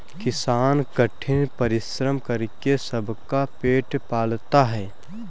किसान कठिन परिश्रम करके सबका पेट पालता है